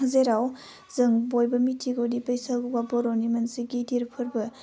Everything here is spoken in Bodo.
जेराव जों बयबो मिथिगौदि बैसागुवा बर'नि मोनसे गिदिर फोरबो